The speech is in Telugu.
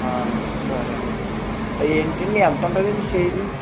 సరే అండి ఏంటండి ఎంతుంటదండి స్టేజు